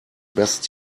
best